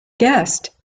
guest